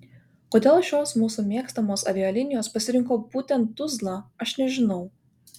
kodėl šios mūsų mėgstamos avialinijos pasirinko būtent tuzlą aš nežinau